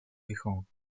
gijón